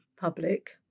public